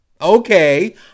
Okay